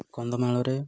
କନ୍ଧମାଳରେ